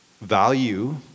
value